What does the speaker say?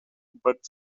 but